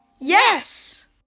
Yes